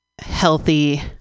healthy